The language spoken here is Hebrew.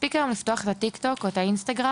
מספיק היום רק לפתוח את ה- Tik-ToK או את ה- Instagram,